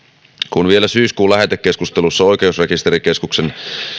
kun vielä syyskuun lähetekeskustelussa oikeusrekisterikeskuksen